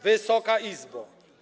Wysoka Izbo!